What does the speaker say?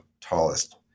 tallest